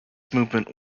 movement